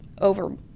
over